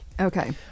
Okay